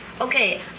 Okay